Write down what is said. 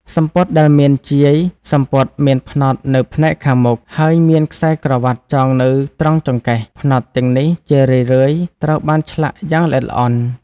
សំពត់ដែលមានជាយ សំពត់មានផ្នត់នៅផ្នែកខាងមុខ ហើយមានខ្សែក្រវាត់ចងនៅត្រង់ចង្កេះ ផ្នត់ទាំងនេះជារឿយៗត្រូវបានឆ្លាក់យ៉ាងល្អិតល្អន់។